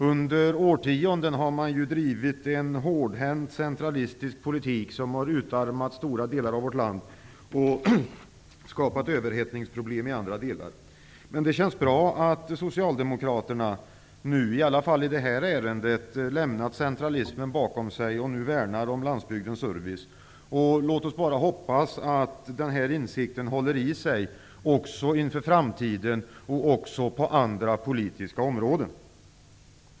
Under årtionden har man ju drivit en hårdhänt centralistisk politik som utarmat stora delar av vårt land och skapat överhettningsproblem i andra delar. Det känns bra att Socialdemokraterna nu, i alla fall i detta ärende, lämnat centralismen bakom sig och värnar om landsbygdens service. Låt oss bara hoppas att denna insikt håller i sig också inför framtiden och på andra politiska områden.